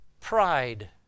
pride